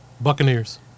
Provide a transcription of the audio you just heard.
Buccaneers